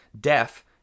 deaf